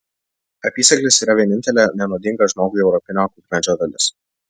apysėklis yra vienintelė nenuodinga žmogui europinio kukmedžio dalis